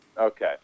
Okay